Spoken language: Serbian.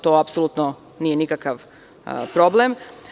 To apsolutno nije nikakav problem.